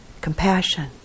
compassion